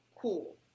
Cool